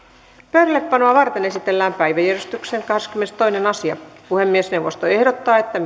pöydällepanoa varten esitellään päiväjärjestyksen kahdeskymmenestoinen asia puhemiesneuvosto ehdottaa että